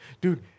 Dude